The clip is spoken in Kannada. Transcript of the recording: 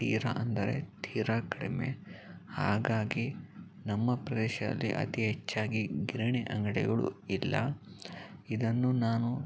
ತೀರಾ ಅಂದರೆ ತೀರಾ ಕಡಿಮೆ ಹಾಗಾಗಿ ನಮ್ಮ ಪ್ರದೇಶದಲ್ಲಿ ಅತಿ ಹೆಚ್ಚಾಗಿ ಗಿರಣಿ ಅಂಗಡಿಗಳು ಇಲ್ಲ ಇದನ್ನು ನಾನು